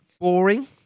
Boring